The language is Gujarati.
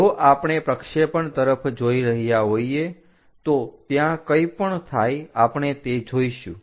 જો આપણે પ્રક્ષેપણ તરફ જોઈ રહ્યા હોઈએ તો ત્યાં કંઈ પણ થાય આપણે તે જોઈશું